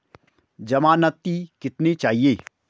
ज़मानती कितने चाहिये?